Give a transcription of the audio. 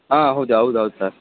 ಹಾಂ ಹೌದು ಹೌದು ಹೌದು ಸರ್